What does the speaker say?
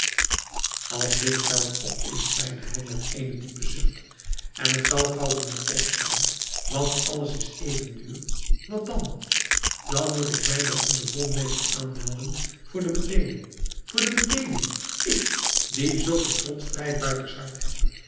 als dit geld op is zeide hij met eenen diepen zucht en het zal gauw genoeg op zijn want alles is even duur wat dan dan moet ik mij bij onzen bonmeester aanmelden voor de bedeeling voor de bedeeling ik die zulk een trotsch vrijbuitershart heb